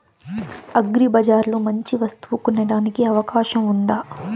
అగ్రిబజార్ లో మంచి వస్తువు కొనడానికి అవకాశం వుందా?